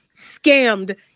scammed